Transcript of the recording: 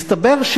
מסתבר,